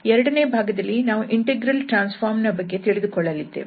ಎರಡನೆಯ ಭಾಗದಲ್ಲಿ ನಾವು ಇಂಟೆಗ್ರಲ್ ಟ್ರಾನ್ಸ್ ಫಾರ್ಮ್ ನ ಬಗ್ಗೆ ತಿಳಿದುಕೊಳ್ಳಲಿದ್ದೇವೆ